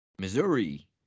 Missouri